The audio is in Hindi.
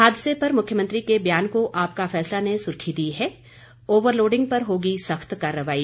हादसे पर मुख्यमंत्री के बयान को आपका फैसला ने सुर्खी दी है ओवर लोडिंग पर होगी सख्त कार्रवाई